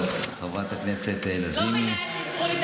חברת הכנסת לזימי אני לא מבינה איך אישרו את